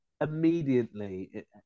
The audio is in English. immediately